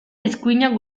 eskuinak